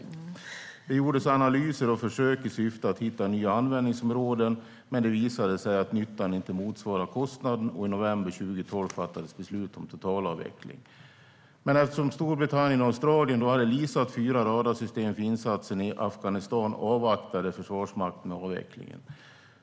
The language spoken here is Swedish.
Man skriver vidare: "Det gjordes analyser och försök i syfte att hitta nya användningsområden, men det visade sig att nyttan inte motsvarade kostnaden och i november 2012 fattades beslut om totalavveckling. Men eftersom Storbritannien och Australien då hade leasat fyra radarsystem för insatsen i Afghanistan avvaktade FM med avvecklingen.